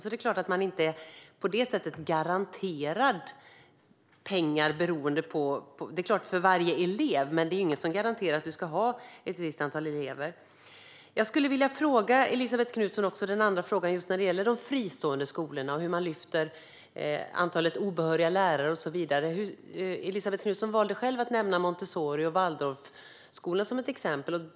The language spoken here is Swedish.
Det är klart att man inte på det sättet är garanterad pengar. Man är det för varje elev, men det är inget som garanterar att man ska ha ett visst antal elever. Jag skulle vilja fråga Elisabet Knutsson om något just när det gäller de fristående skolorna och om hur man lyfter frågan om antalet obehöriga lärare och så vidare. Elisabet Knutsson valde själv att nämna Montessoriskolorna och Waldorfskolorna som exempel.